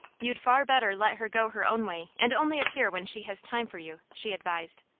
you'd far better let her go her own way and only appear when she has time for you, she advised.